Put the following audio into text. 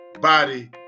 body